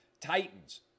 Titans